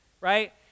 right